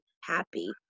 happy